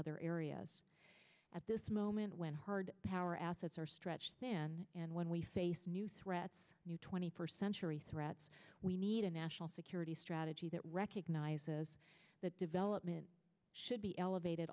other areas at this moment when hard power assets are stretched thin and when we face new threats new twenty first century threats we need a national security strategy that recognizes that development should be elevated